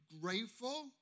grateful